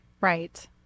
Right